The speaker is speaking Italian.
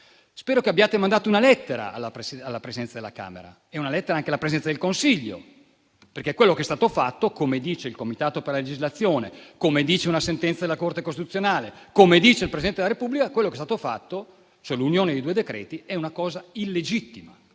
Spero che abbiate mandato una lettera alla Presidenza della Camera e una lettera anche alla Presidenza del Consiglio, perché - come dice il Comitato per la legislazione, come dice una sentenza della Corte costituzionale, come dice il Presidente della Repubblica - quello che è stato fatto, cioè l'unione dei due decreti, è una cosa illegittima,